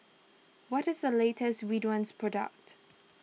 what is the latest Ridwind product